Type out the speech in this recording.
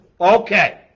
Okay